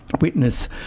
witness